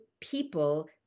people